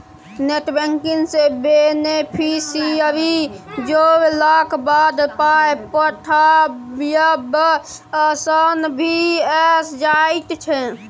net banking सँ beneficiary जोड़लाक बाद पाय पठायब आसान भऽ जाइत छै